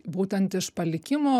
būtent iš palikimų